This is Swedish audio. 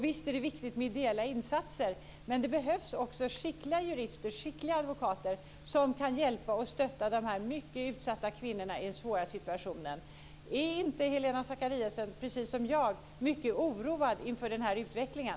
Visst är det viktigt med ideella insatser, men det behövs också skickliga jurister, skickliga advokater som kan hjälpa och stötta dessa mycket utsatta kvinnorna i den svåra situationen. Är inte Helena Zakariasén, precis som jag, mycket oroad inför den här utvecklingen?